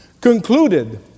concluded